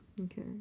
Okay